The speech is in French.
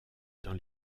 dans